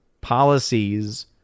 policies